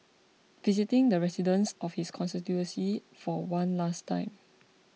visiting the residents of his constituency for one last time